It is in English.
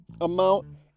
amount